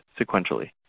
sequentially